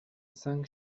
cinq